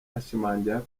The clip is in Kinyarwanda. ashimangira